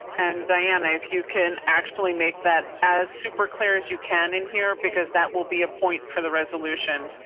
and diana, if you can actually make that as super clear as you can in here, because that will be a point for the resolution.